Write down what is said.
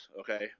Okay